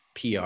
PR